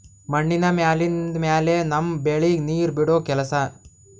ಮಣ್ಣಿನ ಮ್ಯಾಲಿಂದ್ ಮ್ಯಾಲೆ ನಮ್ಮ್ ಬೆಳಿಗ್ ನೀರ್ ಬಿಡೋ ಕೆಲಸಾ